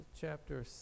chapter